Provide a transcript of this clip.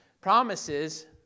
promises